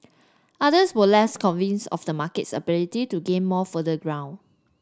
others were less convinced of the market's ability to gain more further ground